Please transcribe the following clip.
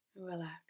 Relax